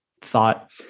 thought